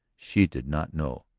she did not know.